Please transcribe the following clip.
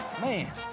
man